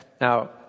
Now